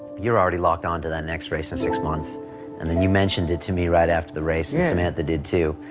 you're already locked on to that next race in six months and then you mentioned it to me right after the race and samantha did too,